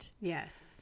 yes